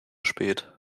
spät